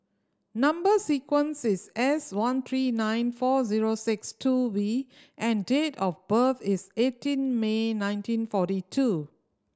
number sequence is S one three nine four zero six two V and date of birth is eighteen May nineteen forty two